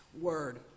Word